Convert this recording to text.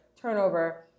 turnover